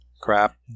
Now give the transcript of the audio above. Crap